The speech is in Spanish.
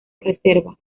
reserva